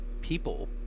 people